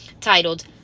titled